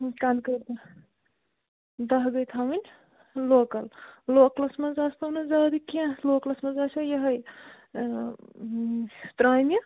کَنٛدکٔر تہِ داہ گٕے تھاوٕنۍ لوکَل لَوکَلَس منٛز آسٕنَو نہٕ زیادٕ کیٚنہہ لوکَلَس منٛز آسیو یِہٕے ترامہِ